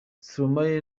stromae